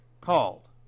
called